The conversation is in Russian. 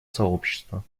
сообщества